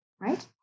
right